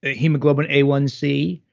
ah hemoglobin a one c,